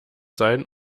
sein